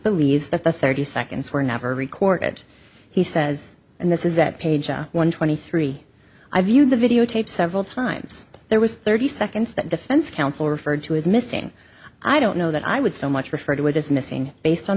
believes that the thirty seconds were never recorded he says and this is that page one twenty three i viewed the videotape several times there was thirty seconds that defense counsel referred to his missing i don't know that i would so much refer to it as missing based on